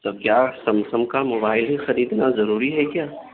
تو کیا سمسنگ کا موبائل ہی خریدنا ضروری ہے کیا